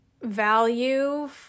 value